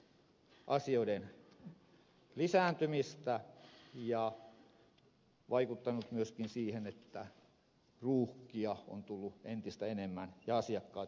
se on vaikuttanut myöskin siihen että ruuhkia on tullut entistä enemmän ja asiakkaat joutuvat kärsimään